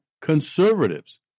conservatives